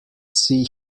see